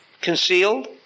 concealed